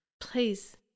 please